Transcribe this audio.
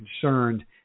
concerned